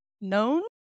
known